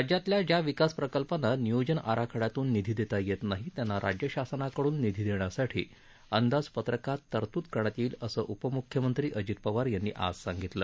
राज्यातल्या ज्या विकास प्रकल्पांना नियोजन आराखड्यातून निधी देता येत नाही त्यांना राज्यशासानाकडून निधी देण्यासाठी अंदाजपत्रकात तरतूद करण्यात येईल असं उपमुख्यमंत्री अजित पवार यांनी आज सांगितलं